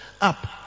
Up